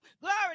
glory